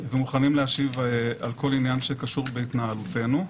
ומוכנים להשיב על כל עניין שקשור בהתנהלותנו.